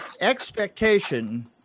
expectation